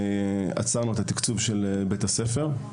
עצרנו מיד את התקצוב של בית הספר.